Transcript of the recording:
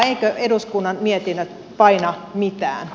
eivätkö eduskunnan mietinnöt paina mitään